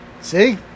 see